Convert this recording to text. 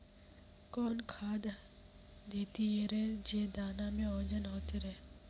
कौन खाद देथियेरे जे दाना में ओजन होते रेह?